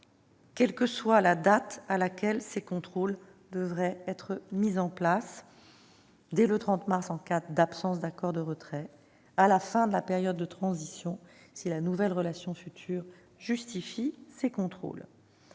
d'ailleurs, la date à laquelle ces contrôles devront être mis en place- dès le 30 mars en cas d'absence d'accord de retrait ou à la fin de la période de transition, si la relation future justifie ces contrôles.